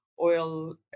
oil